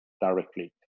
directly